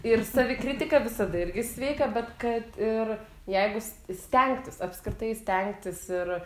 ir savikritika visada irgi sveika bet kad ir jeigu s stengtis apskritai stengtis ir